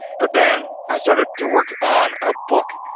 but then, i started to work on a book,